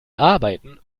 arbeiten